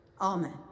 Amen